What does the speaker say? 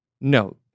No